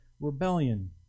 rebellion